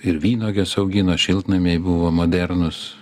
ir vynuoges augino šiltnamiai buvo modernūs